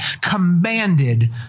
commanded